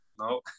No